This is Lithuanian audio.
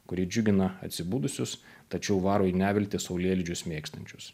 kuri džiugina atsibudusius tačiau varo į neviltį saulėlydžius mėgstančius